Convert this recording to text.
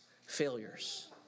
failures